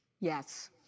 Yes